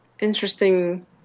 interesting